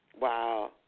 Wow